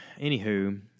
anywho